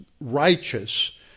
righteous